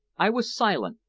i was silent.